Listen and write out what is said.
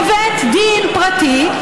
לבית דין פרטי,